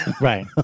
right